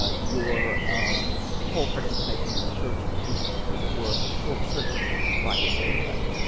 ah your ah whole participation in the church is, as it were, short-circuited by this defect.